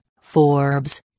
Forbes